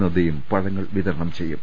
നദ്ദയും പഴങ്ങൾ വിതരണം ചെയ്യും